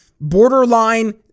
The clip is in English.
borderline